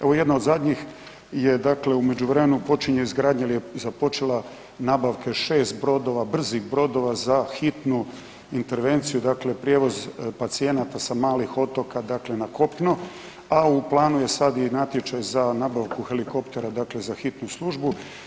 Evo jedna od zadnjih je dakle u međuvremenu počinje izgradnja ili je započela nabavke 6 brodova, brzih brodova za hitnu intervenciju, dakle prijevoz pacijenata sa malih otoka dakle na kopno, a u planu je sad i natječaj za nabavku helikoptera dakle za hitnu službu.